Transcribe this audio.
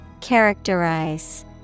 Characterize